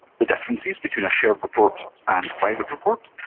the differences between a shared report and private report